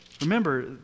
Remember